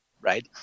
right